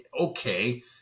okay